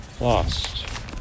lost